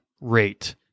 rate